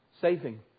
saving